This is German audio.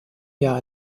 jahr